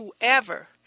whoever